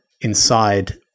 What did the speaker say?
inside